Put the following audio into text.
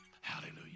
hallelujah